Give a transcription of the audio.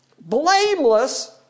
blameless